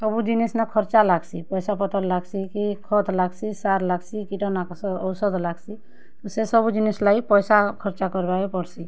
ସବୁ ଜିନିଷ୍ ନା ଖର୍ଚ୍ଚା ଲାଗ୍ସି ପଇସା ପତର୍ ଲାଗ୍ସି କି ଖତ୍ ଲାଗ୍ସି ସାର୍ ଲାଗ୍ସି କୀଟନାଶକ୍ ଔଷଦ୍ ଲାଗ୍ସି ସେ ସବୁ ଜିନିଷ୍ ଲାଗି ପଏସା ଖର୍ଚ୍ଚ କର୍ବାକେ ପଡ଼୍ସି